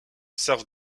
servent